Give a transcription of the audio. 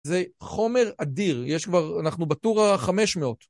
זה חומר אדיר, יש כבר... אנחנו בטור ה-500.